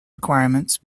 requirements